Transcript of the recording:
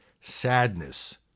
sadness